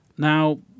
Now